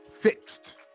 Fixed